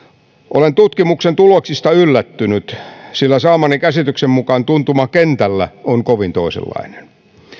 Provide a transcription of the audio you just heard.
olen tutkimuksen tuloksista yllättynyt sillä saamani käsityksen mukaan tuntuma kentällä on kovin toisenlainen